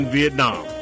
Vietnam